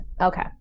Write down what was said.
Okay